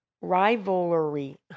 rivalry